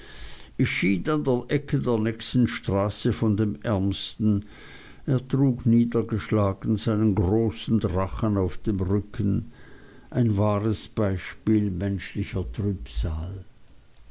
der ecke der nächsten straße von dem ärmsten er trug niedergeschlagen seinen großen drachen auf dem rücken ein wahres beispiel menschlicher trübsal